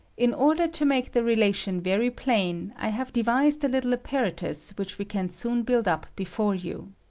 in order to make the relation very plain, i have devised a little apparatus which we can soon build up before you.